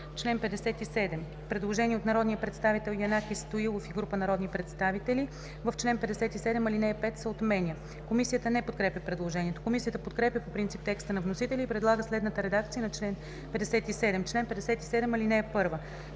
чл. 57 има предложение от народния представител Янаки Стоилов и група народни представители: „В чл. 57 ал. 5 се отменя.“ Комисията не подкрепя предложението. Комисията подкрепя по принцип текста на вносителя и предлага следната редакция на чл. 57: „Чл. 57.